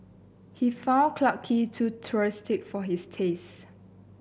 he found Clarke Quay too touristic for his taste